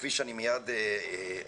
כפי שאני מיד אפרט,